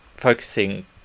focusing